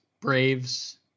Braves